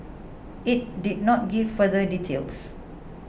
it did not give further details